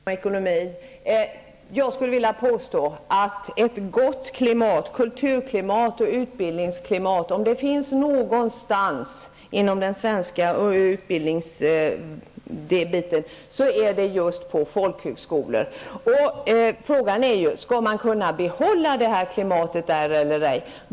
Herr talman! Det var Göran Åstrand som gjorde påståendet beträffande ekonomin. Jag vill hävda att om det någonstans finns ett gott kultur och utbildningsklimat inom det svenska utbildningsgebitet, är det just på folkhögskolorna. Frågan är: Skall man kunna behålla detta klimat där eller ej?